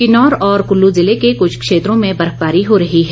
किन्नौर और कुल्लू ज़िले के कुछ क्षेत्रों में बर्फबारी हो रही है